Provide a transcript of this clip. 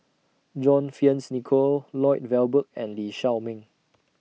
John Fearns Nicoll Lloyd Valberg and Lee Shao Meng